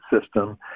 system